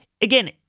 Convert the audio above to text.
again